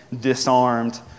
disarmed